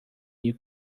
you